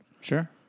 Sure